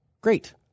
Great